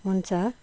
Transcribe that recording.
हुन्छ